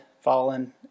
fallen